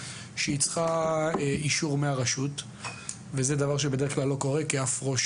היא צריכה אישור מהרשות וזה דבר שבדרך כלל לא קורה כי אף ראש